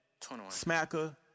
smacker